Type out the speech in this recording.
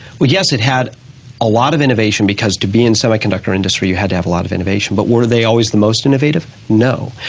well, yes, it had a lot of innovation because to be in semiconductor industry you had to have a lot of innovation, but were they always the most innovative, no.